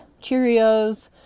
Cheerios